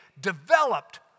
developed